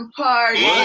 party